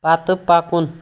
پتہٕ پکُن